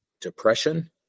depression